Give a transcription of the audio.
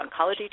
oncology